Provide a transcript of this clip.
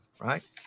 right